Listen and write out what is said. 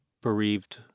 bereaved